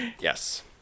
yes